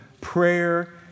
prayer